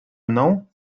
mną